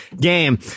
game